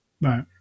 Right